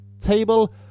table